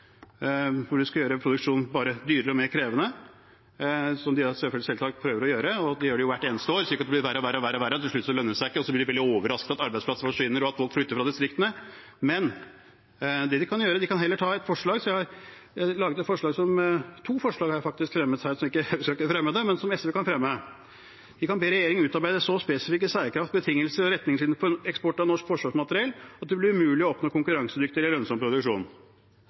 hvor de skal gjøre produksjonen bare dyrere og mer krevende, som de selvsagt prøver å gjøre – det gjør de jo hvert eneste år, slik at det blir verre og verre, og til slutt lønner det seg ikke, og da blir de veldig overrasket over at arbeidsplasser forsvinner, og at folk flytter fra distriktene – kan de heller fremme ett forslag. Jeg har faktisk laget to forslag, som jeg ikke skal fremme, men som SV kan fremme: De kan be regjeringen utarbeide så spesifikke særkrav, betingelser og retningslinjer for eksport av norsk forsvarsmateriell at det blir umulig å oppnå konkurransedyktig eller lønnsom produksjon.